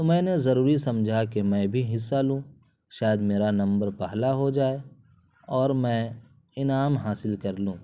تو میں نے ضروری سمجھا کہ میں بھی حصہ لوں شاید میرا نمبر پہلا ہو جائے اور میں انعام حاصل کر لوں